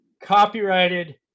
copyrighted